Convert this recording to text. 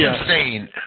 insane